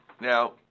Now